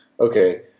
okay